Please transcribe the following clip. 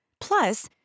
Plus